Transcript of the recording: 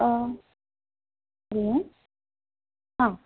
हरि ओम् हा